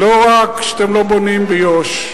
לא רק שאתם לא בונים ביו"ש,